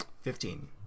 fifteen